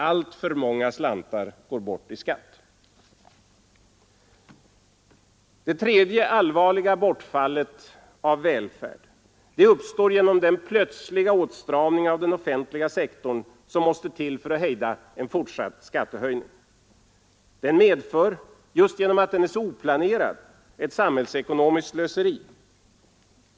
Allför många slantar går bort i skatt.” Det tredje allvarliga bortfallet av välfärd uppstår genom den plötsliga åtstramning av den offentliga sektorn som måste till för att hejda fortsatt skattehöjning. Åtstramningen medför, just genom att den är så oplanerad, ett samhällsekonomiskt slöseri.